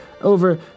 over